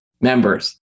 members